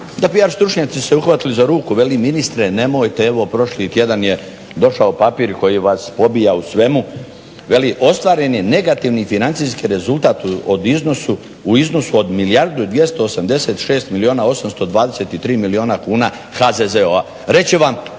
Da pijar stručnjaci su se uhvatili za ruku, veli ministre nemojte, evo prošli tjedan je došao papir koji vas pobija u svemu, veli ostvaren je negativni financijski rezultat u iznosu od milijardu 289 milijuna 823 milijuna kuna HZZO-a. Reć će vam